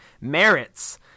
Merits